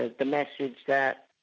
ah the message that